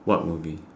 what movie